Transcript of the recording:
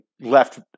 left